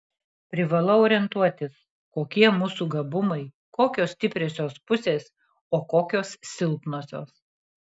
privalau orientuotis kokie mūsų gabumai kokios stipriosios pusės o kokios silpnosios